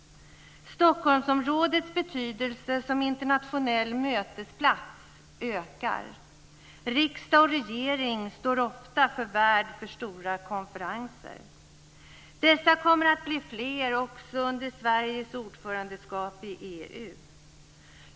Stockholmsområdets betydelse som internationell mötesplats ökar. Riksdag och regering står ofta värd för stora konferenser. Dessa kommer att bli fler också under Sveriges ordförandeskap i EU.